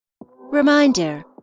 Reminder